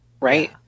right